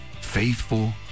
faithful